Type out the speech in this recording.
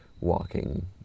walking